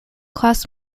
class